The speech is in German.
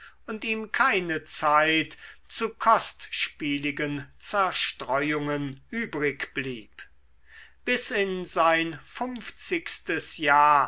und ihm keine zeit zu kostspieligen zerstreuungen übrigblieb bis in sein funfzigstes jahr